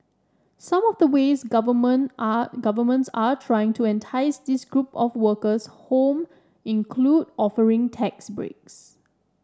some of the ways government are governments are trying to entice this group of workers home include offering tax breaks